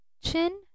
chin